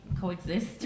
coexist